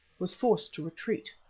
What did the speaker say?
was forced to retreat.